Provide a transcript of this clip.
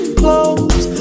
close